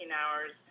hours